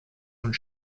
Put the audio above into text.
und